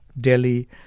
Delhi